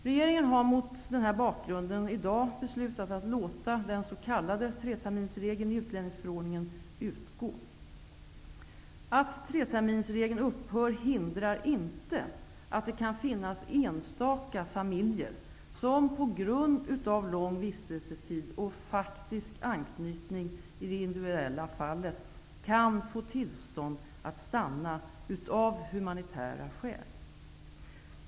Regeringen har mot denna bakgrund i dag beslutat att låta den s.k. Att treterminsregeln upphör hindrar inte att det kan finnas enstaka familjer som på grund av lång vistelsetid och faktisk anknytning i det individuella fallet kan få tillstånd att stanna av humanitära skäl.